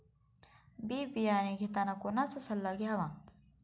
बी बियाणे घेताना कोणाचा सल्ला घ्यावा?